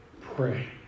pray